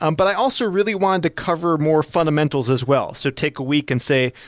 um but i also really wanted to cover more fundamentals as well, so take a week and say,